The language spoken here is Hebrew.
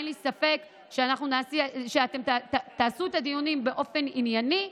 אין לי ספק שאתם תעשו את הדיונים באופן ענייני,